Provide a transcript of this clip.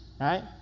right